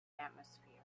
atmosphere